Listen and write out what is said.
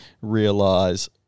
realize